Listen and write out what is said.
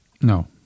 No